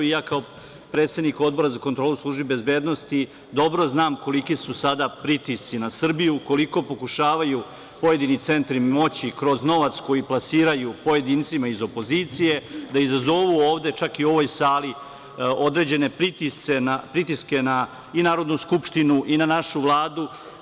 Ja kao predsednik Odbora za kontrolu službi bezbednosti dobro znam koliki su sada pritisci na Srbiju, koliko pokušavaju pojedini centri moći kroz novac koji plasiraju pojedincima iz opozicije da izazovu ovde čak i u ovoj sali određene pritiske na i Narodnu skupštinu i na našu Vladu.